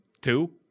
two